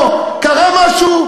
פה קרה משהו,